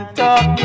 talk